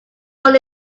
what